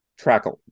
Trackle